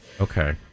okay